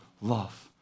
love